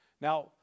Now